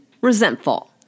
resentful